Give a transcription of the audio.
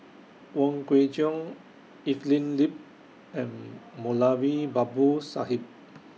Wong Kwei Cheong Evelyn Lip and Moulavi Babu Sahib